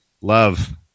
love